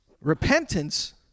Repentance